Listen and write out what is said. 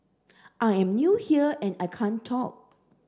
I'm new here and I can't talk